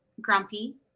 grumpy